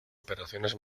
operaciones